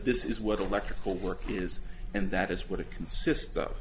this is what electrical work is and that is what it consists of